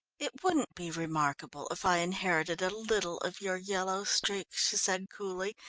it wouldn't be remarkable if i inherited a little of your yellow streak, she said coolly,